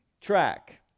track